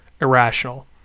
Irrational